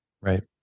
right